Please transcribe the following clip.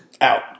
Out